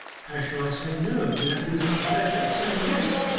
how shall i say no without losing the pleasure of saying yes?